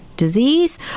Disease